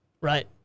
Right